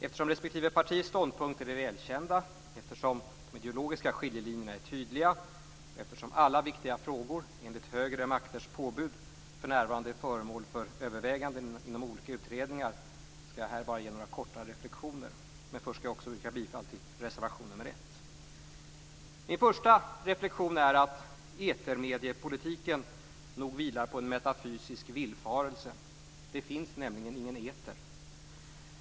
Eftersom respektive partiers ståndpunkter är välkända, eftersom de ideologiska skiljelinjerna är tydliga och eftersom alla viktiga frågor, enligt högre makters påbud, för närvarande är föremål för överväganden inom olika utredningar skall jag här bara helt kort göra några reflexioner. Först yrkar jag emellertid bifall till reservation nr 1. Min första reflexion är att etermediepolitiken nog vilar på en metafysisk villfarelse. Det finns nämligen ingen eter.